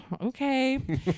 Okay